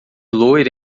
loira